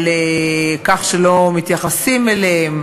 על כך שלא מתייחסים אליהן,